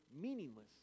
meaningless